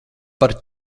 par